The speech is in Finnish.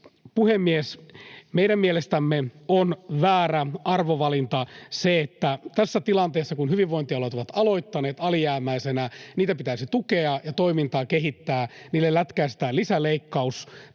puhemies! Meidän mielestämme on väärä arvovalinta se, että tässä tilanteessa, kun hyvinvointialueet ovat aloittaneet alijäämäisinä — niitä pitäisi tukea ja toimintaa kehittää — niille lätkäistään lisäleikkaus.